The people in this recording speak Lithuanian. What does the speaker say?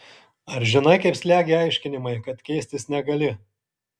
ar žinai kaip slegia aiškinimai kad keistis negali